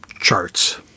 charts